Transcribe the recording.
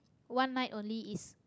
one night only is